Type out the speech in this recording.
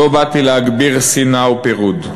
לא באתי להגביר שנאה ופירוד.